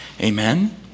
Amen